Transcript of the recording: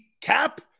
cap